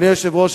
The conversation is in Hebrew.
אדוני היושב-ראש,